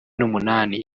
n’umunani